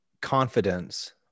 confidence